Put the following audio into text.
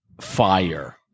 fire